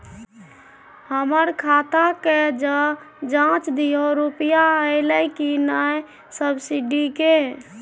हमर खाता के ज जॉंच दियो रुपिया अइलै की नय सब्सिडी के?